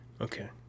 Okay